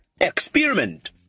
Experiment